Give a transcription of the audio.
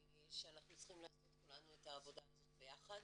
שאנחנו צריכים לעשות כולנו את העבודה הזאת ביחד.